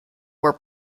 were